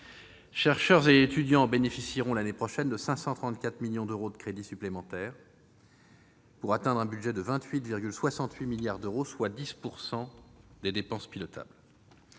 chercheurs et étudiants bénéficieront l'année prochaine de 534 millions d'euros de crédits supplémentaires, le budget atteignant 28,68 milliards d'euros, soit 10 % des dépenses pilotables.